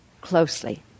closely